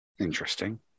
Interesting